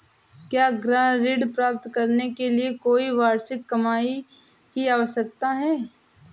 क्या गृह ऋण प्राप्त करने के लिए कोई वार्षिक कमाई की आवश्यकता है?